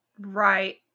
Right